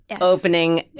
opening